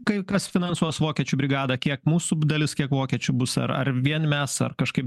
kai kas finansuos vokiečių brigadą kiek mūsų dalis kiek vokiečių bus ar ar vien mes kažkaip